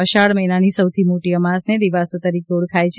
અષાઢ મહિનાની સૌથી મોટી અમાસને દિવાસો તરીકે ઓળખાય છે